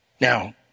Now